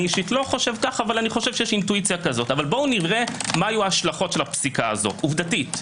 אני אישית לא חושב כך אבל בוא נראה מה היו השלכות הפסיקה הזו עובדתית,